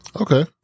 Okay